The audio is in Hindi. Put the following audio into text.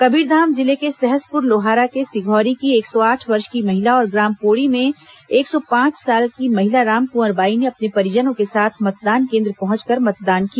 कबीरधाम जिले के सहसपुर लोहारा के सिघोरी की एक सौ आठ वर्ष की महिला और ग्राम पोड़ी में एक सौ पांच साल की महिला रामकुंवर बाई ने अपने परिजनों के साथ मतदान केन्द्र पहुंचकर मतदान किया